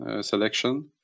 selection